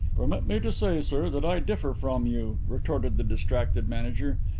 permit me to say, sir, that i differ from you, retorted the distracted manager.